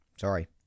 Sorry